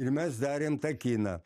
ir mes darėm tą kiną